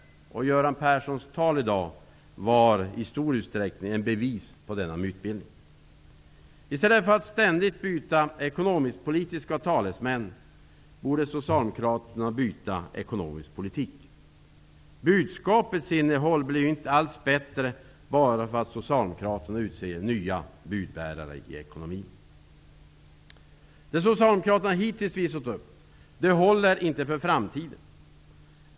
Göran Perssons tal i dag var i stor utsträckning ett bevis på denna mytbildning. I stället för att ständigt byta ekonomiskt-politiska talesmän borde socialdemokraterna byta ekonomisk politik. Budskapets innehåll blir inte alls bättre bara för att socialdemokraterna utser nya budbärare i ekonomin. Det socialdemokraterna hittills visat upp håller inte för framtiden.